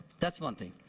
that's one thing.